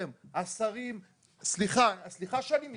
סליחה שאני מתפרץ.